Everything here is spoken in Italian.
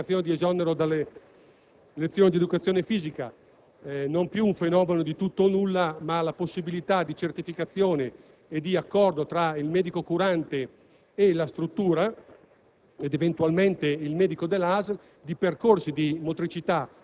altresì rivisto il concetto della certificazione di esonero dalle lezioni di educazione fisica: non si tratta più un fenomeno di tutto o nulla, ma della possibilità di certificazione e di accordo (tra il medico curante, la struttura